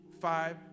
five